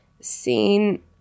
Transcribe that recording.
seen